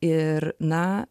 ir na